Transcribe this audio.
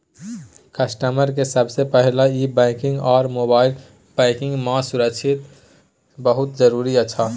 customer के सबसे पहला ई बैंकिंग आर मोबाइल बैंकिंग मां सुरक्षा बहुत जरूरी अच्छा